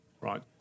right